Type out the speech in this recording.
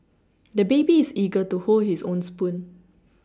the baby is eager to hold his own spoon